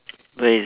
where is it